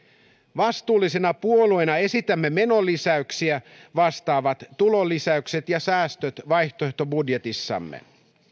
vastuullisena puolueena esitämme menolisäyksiä vastaavat tulolisäykset ja säästöt vaihtoehtobudjetissamme